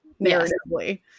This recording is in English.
narratively